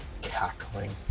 cackling